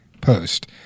post